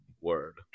Word